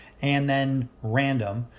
and then random,